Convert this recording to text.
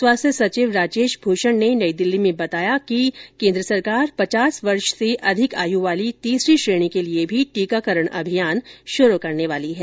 स्वास्थ्य सचिव राजेश भूषण ने नई दिल्ली में बताया केन्द्र सरकार पचास वर्ष से अधिक आयु वाली तीसरी श्रेणी के लिए भी टीकांकरण अभियान शुरू करने वाली है